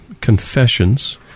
confessions